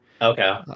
Okay